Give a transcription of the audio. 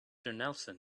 nelson